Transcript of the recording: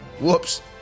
whoops